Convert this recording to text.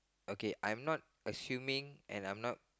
okay I'm not assuming and I'm not